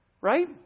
Right